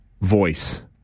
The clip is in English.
Voice